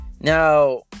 Now